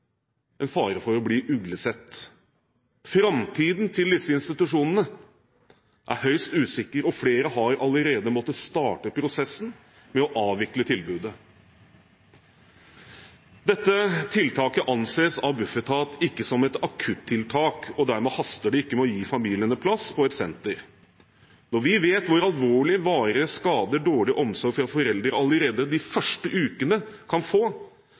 fare for å bli uglesett. Framtiden til disse institusjonene er høyst usikker, og flere har allerede måttet starte prosessen med å avvikle tilbudet. Dette tiltaket anses av Bufetat ikke som et akuttiltak, og dermed haster det ikke med å gi familiene plass på et senter. Når vi vet hvor alvorlige varige skader dårlig omsorg fra foreldre allerede de første ukene kan